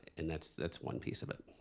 and that's that's one piece of it.